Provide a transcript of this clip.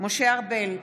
משה ארבל,